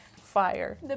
fire